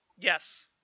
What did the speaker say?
Yes